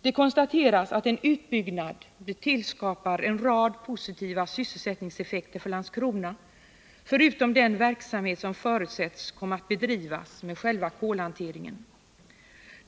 Det konstateras att en utbyggnad skapar en rad positiva sysselsättningseffekter för Landskrona, förutom den verksamhet som kommer att bedrivas med själva kolhanteringen.